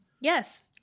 yes